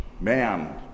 man